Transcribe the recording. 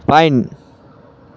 pine